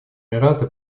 эмираты